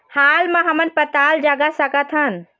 हाल मा हमन पताल जगा सकतहन?